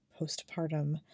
postpartum